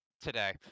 today